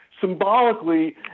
symbolically